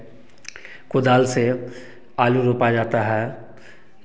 कुदाल से आलू रोपा जाता है